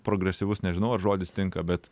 progresyvus nežinau ar žodis tinka bet